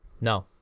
No